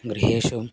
गृहेषु